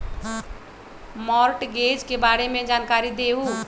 Mortgage के बारे में जानकारी देहु?